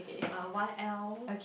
err Y_L